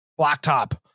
blacktop